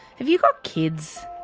have you got kids?